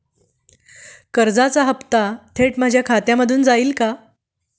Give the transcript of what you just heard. कर्जाचा हप्ता थेट माझ्या खात्यामधून जाईल का?